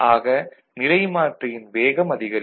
ஆக நிலைமாற்றியின் வேகம் அதிகரிக்கும்